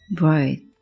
Right